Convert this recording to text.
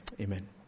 Amen